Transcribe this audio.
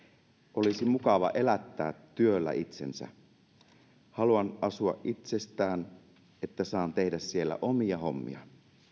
olisi mukava elättää työllä itsensä haluan asua itsestään että saan tehdä siellä omia hommia